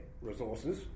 resources